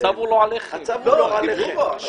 עבד אל חכים חאג'